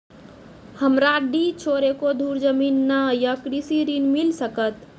हमरा डीह छोर एको धुर जमीन न या कृषि ऋण मिल सकत?